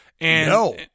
No